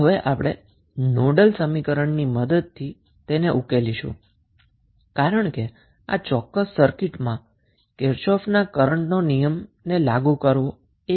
તો હવે આપણે નોડલ સમીકરણ ની મદદથી તેને ઉકેલીશું કારણ કે આ ચોક્કસ સર્કિટ માં કિર્ચોફના કરન્ટના નિયમને લાગુ કરવો સરળ છે